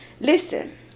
listen